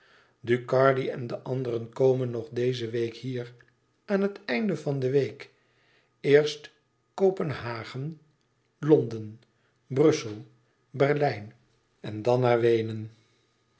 ducardi en de anderen komen nog deze week hier aan het einde van de week eerst kopenhagen londen brussel berlijn en dan naar weenen